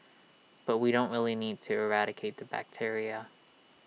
but we don't really need to eradicate the bacteria